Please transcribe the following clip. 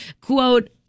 quote